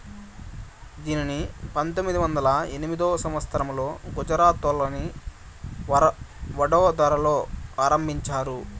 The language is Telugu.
దీనిని పంతొమ్మిది వందల ఎనిమిదో సంవచ్చరంలో గుజరాత్లోని వడోదరలో ఆరంభించారు